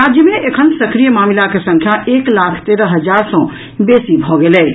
राज्य मे एखन सक्रिय मामिलाक संख्या एक लाख तेरह हजार सॅ बेसी भऽ गेल अछि